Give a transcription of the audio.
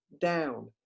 down